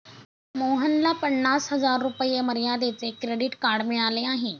मोहनला पन्नास हजार रुपये मर्यादेचे क्रेडिट कार्ड मिळाले आहे